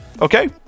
okay